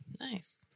Nice